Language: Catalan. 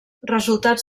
resultats